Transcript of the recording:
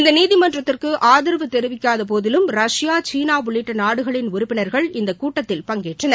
இந்த நீதிமன்றத்திற்கு ஆதரவு தெிவிக்காத போதிலும் ரஷ்யா சீனா உள்ளிட்ட நாடுகளின் உறுப்பினர்கள் இந்த கூட்டத்தில் பங்கேற்றனர்